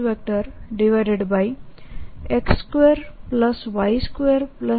xxx2y2z252 322xyyx2y2z252 322xzzx2y2z252 આપશે